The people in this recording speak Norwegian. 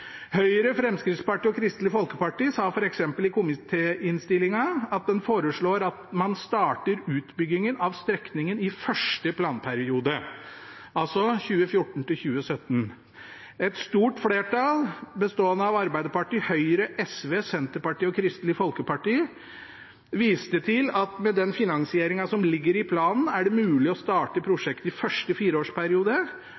Høyre, Fremskrittspartiet og Kristelig Folkeparti sa f.eks. i komitéinnstillingen at en foreslår at man starter utbyggingen av strekningen i første planperiode, altså 2014–2017. Et stort flertall, bestående av Arbeiderpartiet, Høyre, SV, Senterpartiet og Kristelig Folkeparti, viste til at med den finansieringen som ligger i planen, er det mulig å starte